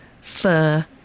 fur